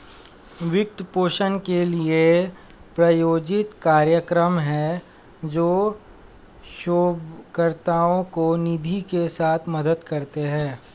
वित्त पोषण के लिए, प्रायोजित कार्यक्रम हैं, जो शोधकर्ताओं को निधि के साथ मदद करते हैं